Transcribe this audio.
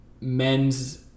men's